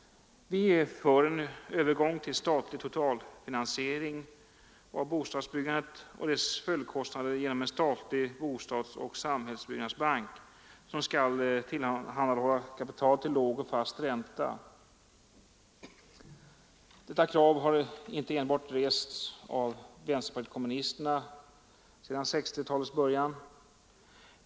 Vi är för en övergång till statlig totalfinansiering av bostadsbyggandet och dess följdkostnader genom en statlig bostadsoch samhällsbyggnadsbank, som skall tillhandahålla kapital till låg och fast ränta. Detta krav har inte enbart rests av vänsterpartiet kommunisterna sedan 1960-talets början.